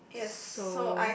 so